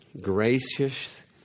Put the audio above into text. gracious